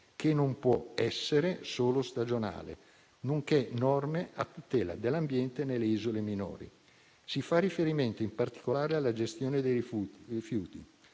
che non può essere solo stagionale - nonché norme a tutela dell'ambiente nelle isole minori. Si fa riferimento in particolare alla gestione dei rifiuti,